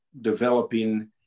developing